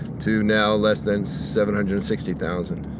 to now less than seven hundred and sixty thousand.